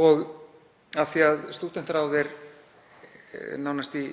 Og af því að stúdentaráð er nánast í